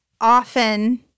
often